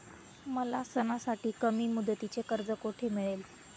मला सणासाठी कमी मुदतीचे कर्ज कोठे मिळेल?